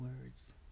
words